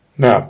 Now